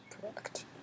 Correct